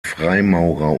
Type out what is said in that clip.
freimaurer